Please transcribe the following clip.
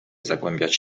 zagłębiać